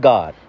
God